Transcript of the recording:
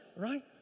Right